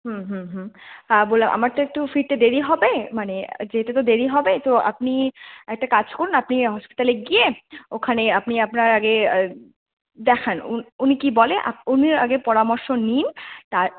হুম হুম হুম বললাম আমার তো একটু ফিরতে দেরি হবে মানে যেতে তো দেরি হবে তো আপনি একটা কাজ করুন আপনি হসপিটালে গিয়ে ওখানে আপনি আপনার আগে দেখান উনি কী বলে উনি আগে পরামর্শ নিন তার